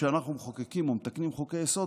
כשאנחנו מחוקקים או מתקנים חוקי-יסוד,